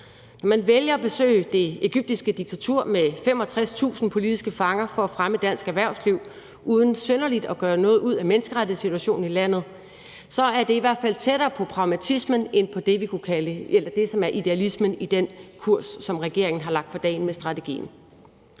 når man vælger at besøge det egyptiske diktatur, hvor der er 65.000 politiske fanger, for at fremme dansk erhvervsliv uden at gøre noget synderligt ud af menneskerettighedssituationen i landet, så er det i hvert fald tættere på pragmatismen end på det, som er idealismen i den kurs, som regeringen har lagt for dagen med strategien.